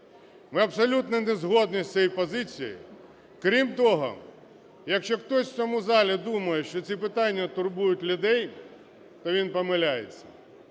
Ми абсолютно не згодні з цією позицією. Крім того, якщо хтось в цьому залі думає, що ці питання турбують людей, то він помиляється.